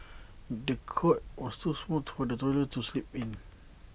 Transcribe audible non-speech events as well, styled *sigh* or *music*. the cot was too small for the toddler to sleep in *noise*